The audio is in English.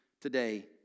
today